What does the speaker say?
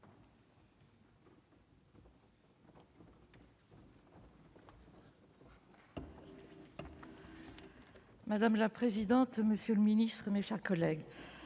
Madame la présidente, monsieur le Ministre, mes chers collègues,